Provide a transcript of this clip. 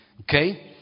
Okay